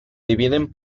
dividen